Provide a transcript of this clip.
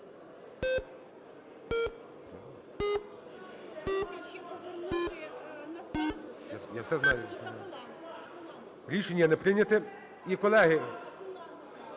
Рішення не прийнято.